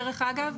דרך אגב,